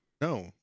No